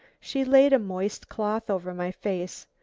she laid a moist cloth over my face,